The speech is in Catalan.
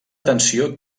tensió